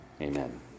Amen